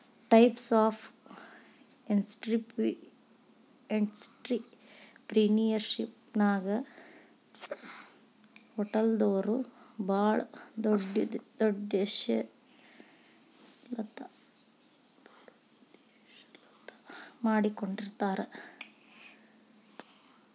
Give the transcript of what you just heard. types of ಎನ್ಟ್ರಿಪ್ರಿನಿಯರ್ಶಿಪ್ನ್ಯಾಗ ಹೊಟಲ್ದೊರು ಭಾಳ್ ದೊಡುದ್ಯಂಶೇಲತಾ ಮಾಡಿಕೊಡ್ತಾರ